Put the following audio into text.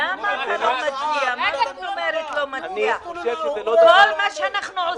הקורונה פוגעת בכולם, במי ששירת ובמי שלא משרת.